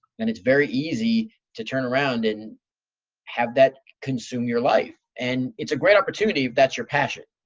and it's very easy to turn around and have that consume your life. and it's a great opportunity if that's your passion.